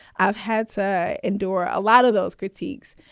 i've had to endure a lot of those critiques.